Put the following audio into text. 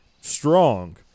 strong